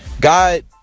God